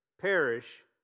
perish